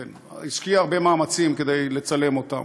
היא השקיעה הרבה מאמצים כדי לצלם אותם.